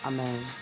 Amen